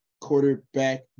quarterback